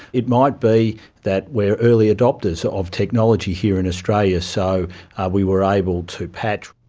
it might be that we're early adopters of technology here in australia so we were able to patch.